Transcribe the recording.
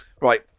Right